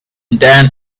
then